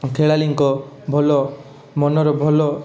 ଖେଳାଳିଙ୍କ ଭଲ ମନର ଭଲ